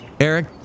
Eric